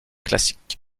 classique